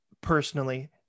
personally